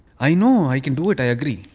i know i can do it, i agree.